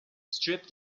strip